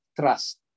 trust